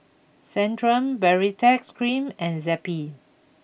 Centrum Baritex Cream and Zappy